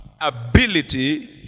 ability